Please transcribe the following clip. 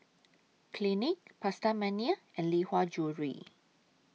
Clinique Pasta Mania and Lee Hwa Jewellery